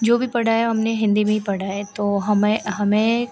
जो भी पढ़ी है हमने हिन्दी में ही पढ़ी है तो हमें हमें